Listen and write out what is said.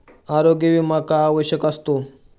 आरोग्य विमा का आवश्यक असतो?